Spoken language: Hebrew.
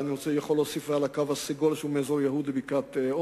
אני יכול להוסיף על "הקו הסגול" שהוא מאזור יהוד לבקעת-אונו,